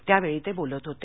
त्यावेळी ते बोलत होते